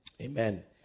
amen